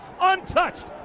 untouched